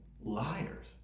liars